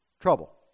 trouble